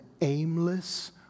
aimless